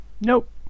Nope